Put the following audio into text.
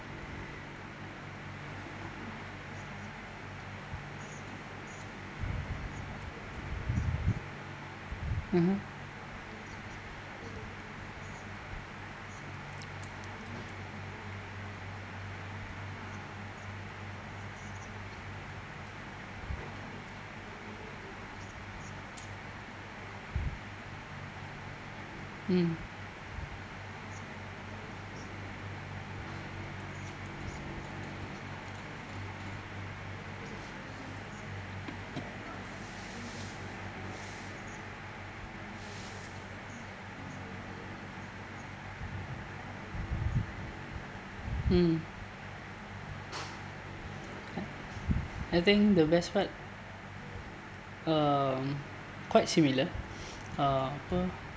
mm mm I think the best part um quite similar uh